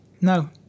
No